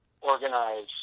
organize